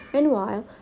Meanwhile